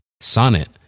Sonnet